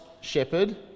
shepherd